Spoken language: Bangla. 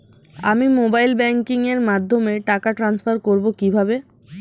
আমি মোবাইল ব্যাংকিং এর মাধ্যমে টাকা টান্সফার করব কিভাবে?